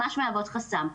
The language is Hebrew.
ממש מהוות חסם,